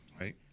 Right